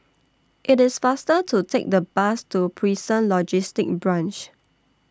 IT IS faster to Take The Bus to Prison Logistic Branch